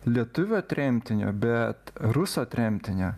lietuvio tremtinio bet ruso tremtinio